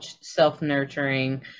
self-nurturing